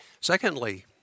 Secondly